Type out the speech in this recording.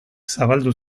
zabaldu